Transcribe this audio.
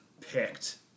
picked